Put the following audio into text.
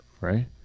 right